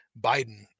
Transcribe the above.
Biden